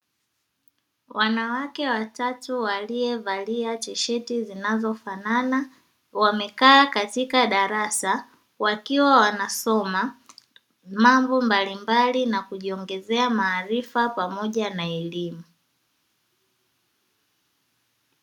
Wanawake watatu waliovalia tisheti zinazofanana wamekaa katika darasa wakiwa wanasoma mambo mbalimbali na kujiongezea maarifa pamoja na elimu.